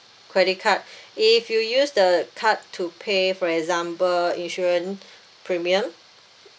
credit card if you use the card to pay for example insurance premium